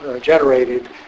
generated